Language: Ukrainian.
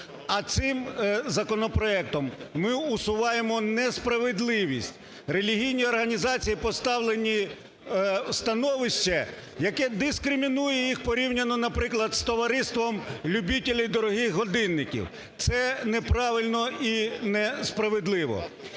а цим законопроектом ми усуваємо несправедливість. Релігійні організації поставлені в становище, яке дискримінує їх порівняно, наприклад, з товариством любителів дорогих годинників – це неправильно і несправедливо.